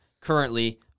Currently